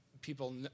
people